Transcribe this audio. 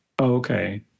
okay